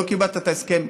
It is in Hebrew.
לא כיבדת את ההסכם,